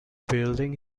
building